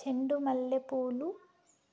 చెండు మల్లె పూలు